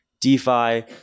DeFi